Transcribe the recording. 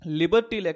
liberty